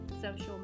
social